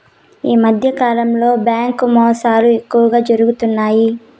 ఈ మధ్యకాలంలో బ్యాంకు మోసాలు ఎక్కువగా జరుగుతున్నాయి